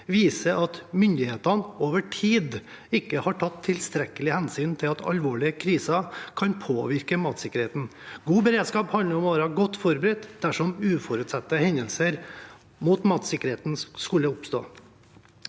viser at myndighetene over tid ikke har tatt tilstrekkelig hensyn til at alvorlige kriser kan påvirke matsikkerheten. God beredskap handler om å være godt forberedt dersom uforutsette hendelser mot matsikkerheten skulle oppstå.